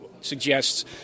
suggests